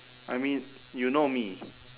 I mean you know me